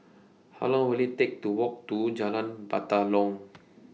How Long Will IT Take to Walk to Jalan Batalong